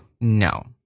No